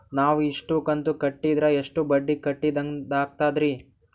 ನಾವು ಇಷ್ಟು ಕಂತು ಕಟ್ಟೀದ್ರ ಎಷ್ಟು ಬಡ್ಡೀ ಕಟ್ಟಿದಂಗಾಗ್ತದ್ರೀ?